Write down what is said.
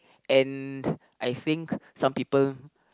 and I think some people